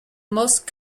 most